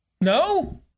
No